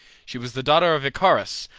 she was the daughter of icarius,